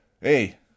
hey